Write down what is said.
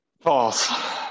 False